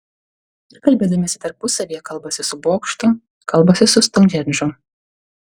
ir kalbėdamiesi tarpusavyje kalbasi su bokštu kalbasi su stounhendžu